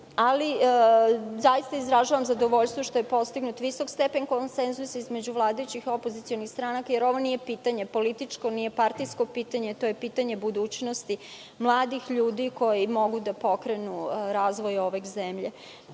neku anketu. Izražavam zadovoljstvo što je postignut visok stepen konsenzusa između vladajućih i opozicionih stranaka, jer ovo nije političko pitanje, partijsko pitanje. To je pitanje budućnosti mladih ljudi koji mogu da pokrenu razvoj ove zemlje.U